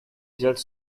взять